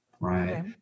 right